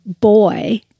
boy